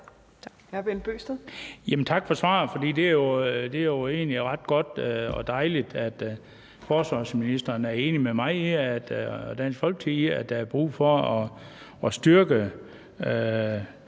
Tak for svaret. Og det er jo egentlig ret godt og dejligt, at forsvarsministeren er enig med mig og Dansk Folkeparti i, at der er brug for at styrke